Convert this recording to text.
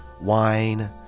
wine